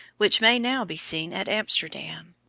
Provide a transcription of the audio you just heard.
which may now be seen at amsterdam.